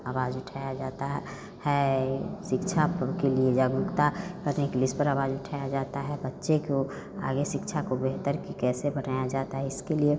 आवाज उठाया जाता है शिक्षा पर के लिए जब वक्ता तो एक लिस पर आवाज उठाया जाता है बच्चे को आगे शिक्षा को आगे बेहतर कैसे बनाया जाता है इसके लिए